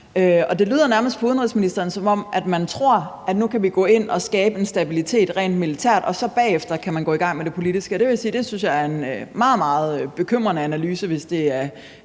det lyder nærmest på udenrigsministeren, som om man tror, at vi nu kan gå ind rent militært og skabe en stabilitet, og at man så bagefter kan gå i gang med det politiske. Det vil jeg sige at jeg synes er en meget, meget bekymrende analyse, hvis det er